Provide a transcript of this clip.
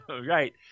Right